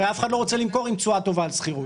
הרי אף אחד לא רוצה למכור עם תשואה טובה על שכירות,